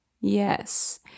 Yes